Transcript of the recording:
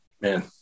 Man